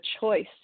choice